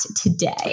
today